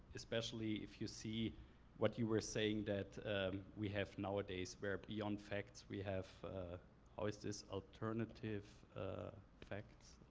especially if you see what you were saying, that we have nowadays, where beyond facts, we have always this alternative ah facts?